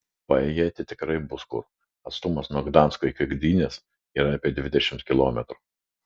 paėjėti tikrai bus kur atstumas nuo gdansko iki gdynės yra apie dvidešimt kilometrų